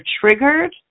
triggered